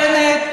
בנט,